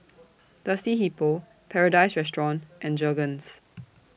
Thirsty Hippo Paradise Restaurant and Jergens